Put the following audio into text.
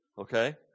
okay